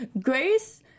Grace